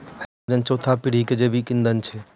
hydrogen चौथा पीढ़ी के जैविक ईंधन छै